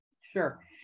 Sure